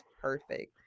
perfect